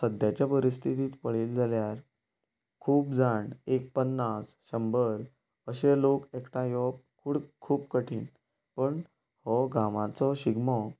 सद्द्याच्या परिस्थितींत पळयलें जाल्यार खूब जाण एक पन्नास शंबर अशें लोक एकटांय येवप पूण खूब कठीण पण हो गांवाचो शिगमो